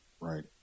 right